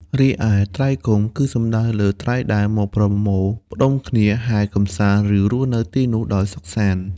រីឯ ត្រីកុំ គឺសំដៅលើត្រីដែលមកប្រមូលផ្ដុំគ្នា ហែលកម្សាន្ត ឬរស់នៅទីនោះដោយសុខសាន្ត។